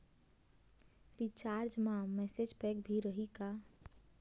Recharge मा message pack भी रही का?